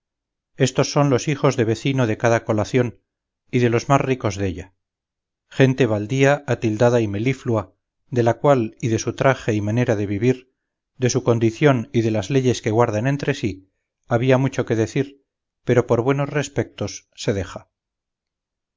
éstos son los hijos de vecino de cada colación y de los más ricos della gente baldía atildada y meliflua de la cual y de su traje y manera de vivir de su condición y de las leyes que guardan entre sí había mucho que decir pero por buenos respectos se deja